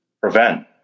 prevent